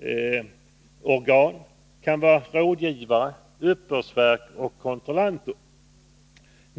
kontaktorgan, rådgivare, uppbördsverk och kontrollorgan.